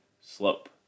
slope